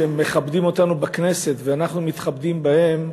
שמכבדים אותנו בכנסת ואנחנו מתכבדים בהם.